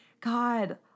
God